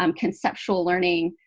um conceptual learning,